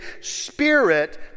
spirit